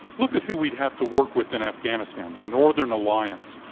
look at who we'd have to work with in afghanistan the northern alliance.